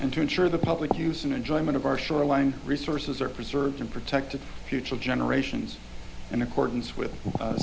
and to ensure the public use and enjoyment of our shoreline resources are preserved and protected future generations in accordance with